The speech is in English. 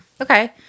Okay